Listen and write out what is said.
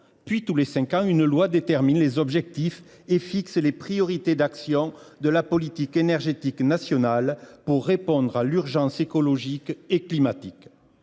puis tous les cinq ans, une loi détermine les objectifs et fixe les priorités d’action de la politique énergétique nationale pour répondre à l’urgence écologique et climatique